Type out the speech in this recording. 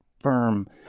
firm